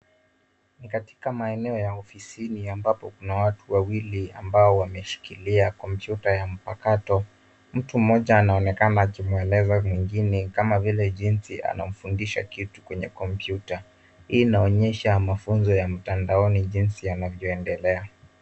Ni katika maeneo ya ofisini ambapo kuna watu wawili ambao wameshikilia kompyuta ya mpakato. Mtu mmoja anaonekana akimweleza mwingine kama vile jinsi anavyofundisha kitu kwenye kompyuta. Hii inaonyesha mafunzo ya mtandaoni jinsi yanavyoendelea.